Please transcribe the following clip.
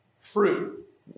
fruit